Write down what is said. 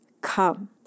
come